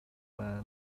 man